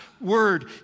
word